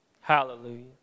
hallelujah